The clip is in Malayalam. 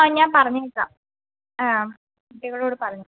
ആ ഞാൻ പറഞ്ഞേക്കാം ആ കുട്ടികളോട് പറഞ്ഞേക്കാം